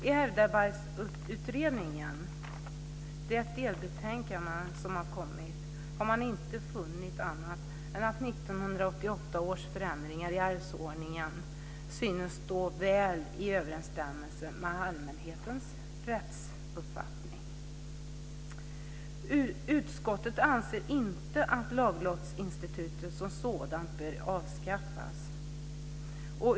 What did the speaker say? I det delbetänkande som har kommit från Ärvdabalksutredningen har man inte funnit annat än att 1988 års förändringar i arvsordningen synes stå väl i överensstämmelse med allmänhetens rättsuppfattning. Utskottet anser inte att laglottsinstitutet som sådant bör avskaffas.